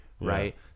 Right